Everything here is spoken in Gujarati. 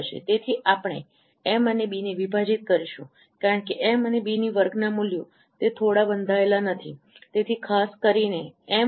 તેથી આપણે એમ અને બી ને વિભાજિત કરીશું કારણ કે એમ અને બીની વર્ગના મૂલ્યો તે થોડા બંધાયેલા નથી તેથી ખાસ કરીને એમ